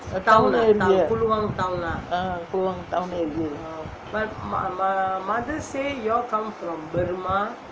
town area ah kluang town area